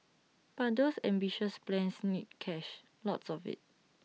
but those ambitious plans need cash lots of IT